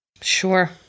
Sure